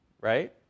right